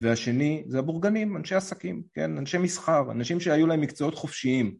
והשני זה הבורגנים, אנשי עסקים. כן, אנשי מסחר, אנשים שהיו להם מקצועות חופשיים.